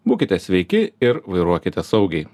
būkite sveiki ir vairuokite saugiai